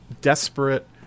desperate